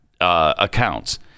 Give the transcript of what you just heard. accounts